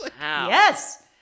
yes